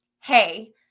Hey